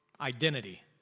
Identity